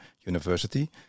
University